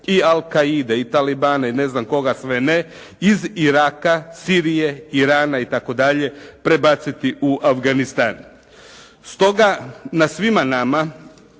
i Al'quaide i talibana i ne znam koga sve ne iz Iraka, Sirije, Irana i tako dalje prebaciti u Afganistan. Stoga na svima nama